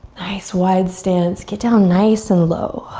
nice wide stance, get down nice and low.